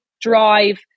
drive